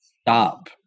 Stop